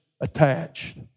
attached